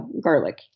garlic